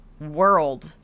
world